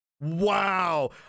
Wow